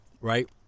right